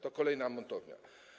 To kolejna montownia.